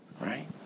right